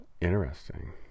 Interesting